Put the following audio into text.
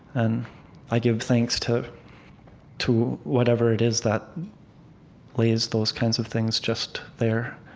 and i give thanks to to whatever it is that lays those kinds of things just there.